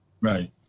Right